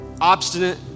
obstinate